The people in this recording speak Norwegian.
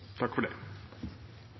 Takk for det.